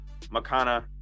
makana